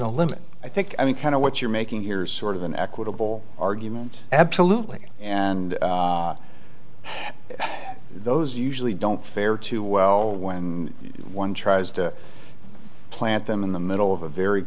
a limit i think i mean kind of what you're making here is sort of an equitable argument absolutely and those usually don't fare too well when one tries to plant them in the middle of a very